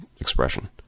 expression